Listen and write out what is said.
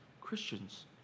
Christians